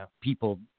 people